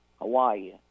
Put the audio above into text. Hawaii